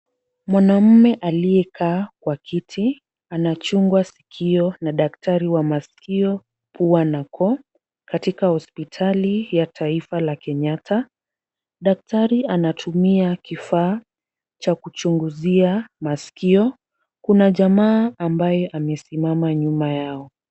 Mwanaume aliyekaa kwa kiti anachungwa sikio na daktari wa masikio, pua na koo katika hospitali ya taifa ya Kenyatta. Daktari anatumia kifaa cha kuchunguzia masikio. Kuna jamaa ambaye amesimama nyuma yao.